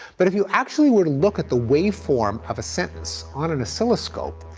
but if you actually were to look at the wave form of a sentence on and a oscilloscope,